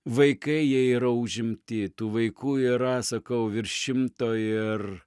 vaikai jie yra užimti tų vaikų yra sakau virš šimto ir